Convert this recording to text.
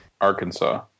Arkansas